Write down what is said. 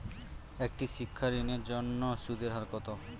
একটি শিক্ষা ঋণের জন্য সুদের হার কত?